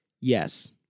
Yes